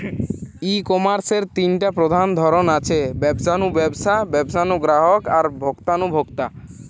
ই কমার্সের তিনটা প্রধান ধরন আছে, ব্যবসা নু ব্যবসা, ব্যবসা নু গ্রাহক আর ভোক্তা নু ভোক্তা